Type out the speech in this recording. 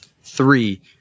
three